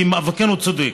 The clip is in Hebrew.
כי מאבקנו צודק,